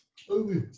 to the